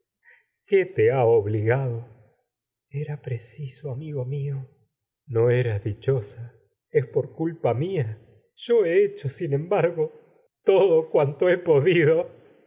qué te ha obligado era preciso amigo mio no eras dichosa es por culpa mía yo he hecho sin embargo todo cuanto he podido